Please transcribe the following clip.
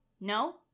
No